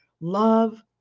love